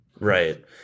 Right